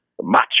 macho